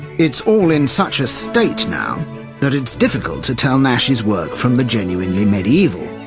it's all in such a state now that it's difficult to tell nash's work from the genuinely medieval,